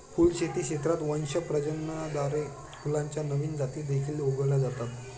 फुलशेती क्षेत्रात वंश प्रजननाद्वारे फुलांच्या नवीन जाती देखील उगवल्या जातात